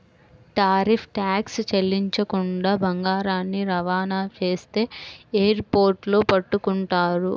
tariff tax చెల్లించకుండా బంగారాన్ని రవాణా చేస్తే ఎయిర్ పోర్టుల్లో పట్టుకుంటారు